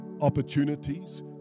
opportunities